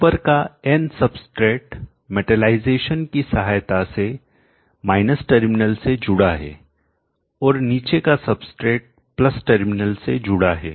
ऊपर का N substrate metallization की सहायता से माइनस टर्मिनल से जुड़ा है और नीचे का सबस्ट्रेट प्लस टर्मिनल से जुड़ा है